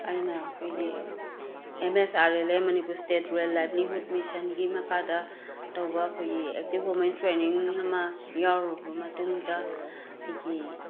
ꯑꯩꯅ ꯑꯩꯈꯣꯏꯒꯤ M S R L M Manipur state rural livelihood ꯃꯤꯁꯟꯒꯤ ꯃꯈꯥꯗ ꯇꯧꯕ ꯑꯩꯈꯣꯏꯒꯤ ꯑꯦꯛꯇꯤꯞ ꯋꯨꯃꯦꯟ ꯇ꯭ꯔꯦꯅꯤꯡ ꯑꯃ ꯌꯥꯎꯔꯨꯔꯕ ꯃꯇꯨꯡꯗ ꯑꯩꯒꯤ